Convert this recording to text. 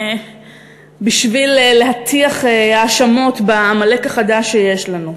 בשביל להטיח האשמות בעמלק החדש שיש לנו.